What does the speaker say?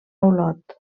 olot